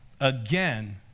Again